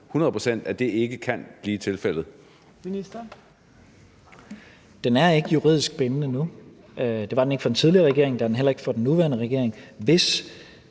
integrationsministeren (Mattias Tesfaye): Den er ikke juridisk bindende nu. Det var den ikke for den tidligere regering, det er den heller ikke for den nuværende regering. Hvis